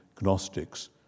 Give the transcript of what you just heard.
Gnostics